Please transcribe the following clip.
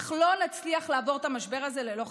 אך לא נצליח לעבור את המשבר הזה ללא חקיקה.